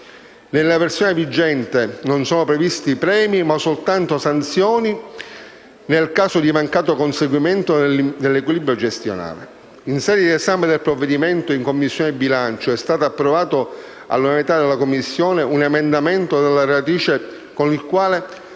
Nella versione vigente non sono previsti premi, ma soltanto sanzioni nel caso di mancato conseguimento dell'equilibrio gestionale. In sede di esame del provvedimento in Commissione bilancio è stato approvato all'unanimità dalla Commissione un emendamento della relatrice con il quale